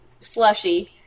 slushy